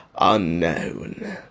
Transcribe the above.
unknown